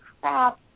crap